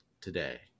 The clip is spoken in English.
today